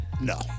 no